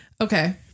Okay